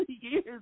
years